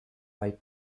white